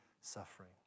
suffering